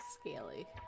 Scaly